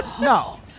No